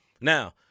Now